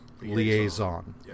liaison